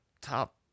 top